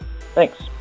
Thanks